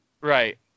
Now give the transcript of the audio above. Right